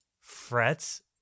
Frets